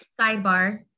sidebar